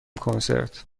کنسرت